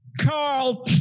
Carl